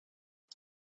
but